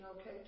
okay